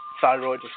thyroid